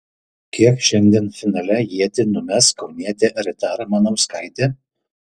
kiek šiandien finale ietį numes kaunietė rita ramanauskaitė